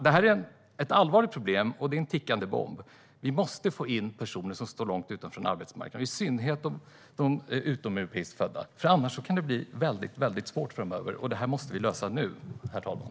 Detta är ett allvarligt problem och en tickande bomb. Vi måste få in personer som står långt utanför arbetsmarknaden, i synnerhet utomeuropeiska, annars kan det bli mycket svårt framöver. Detta måste vi lösa nu, herr talman.